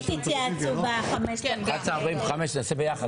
(הישיבה נפסקה בשעה 11:41 ונתחדשה בשעה